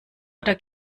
oder